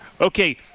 okay